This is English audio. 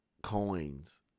coins